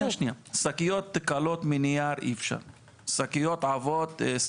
מה עושים?